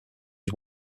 his